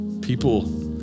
People